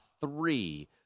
three